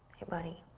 hey, buddy.